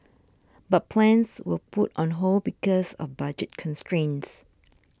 but plans were put on hold because of budget constraints